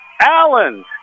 Allen